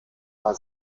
war